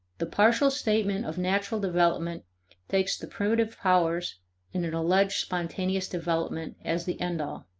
the partial statement of natural development takes the primitive powers in an alleged spontaneous development as the end-all.